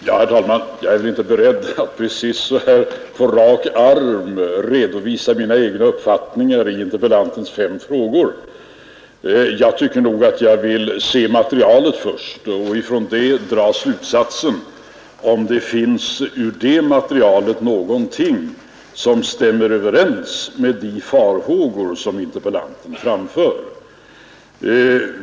Herr talman! Jag är inte beredd att på rak arm redovisa mina egna uppfattningar om interpellantens fem punkter. Jag vill nog först se materialet och sedan dra slutsatser om det i det materialet finns någonting som bestyrker de farhågor som interpellanten framför.